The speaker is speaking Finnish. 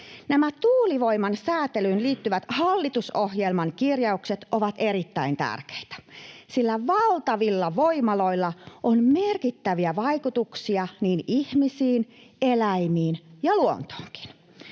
Nämä tuulivoiman säätelyyn liittyvät hallitusohjelman kirjaukset ovat erittäin tärkeitä, sillä valtavilla voimaloilla on merkittäviä vaikutuksia ihmisiin, eläimiin ja luontoonkin.